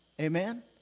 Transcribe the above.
Amen